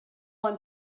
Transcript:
one